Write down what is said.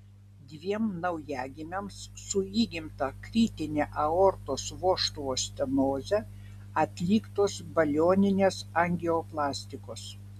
dviem naujagimiams su įgimta kritine aortos vožtuvo stenoze atliktos balioninės angioplastikos